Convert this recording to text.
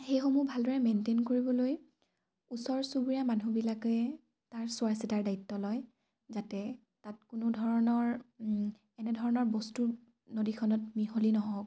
সেইসমূহ ভালদৰে মেইনটেইন কৰিবলৈ ওচৰ চুবুৰীয়া মানুহবিলাকে তাৰ চোৱা চিতাৰ দায়িত্ব লয় যাতে তাত কোনো ধৰণৰ এনেধৰণৰ বস্তু নদীখনত মিহলি নহওক